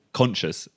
conscious